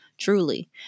Truly